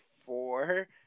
four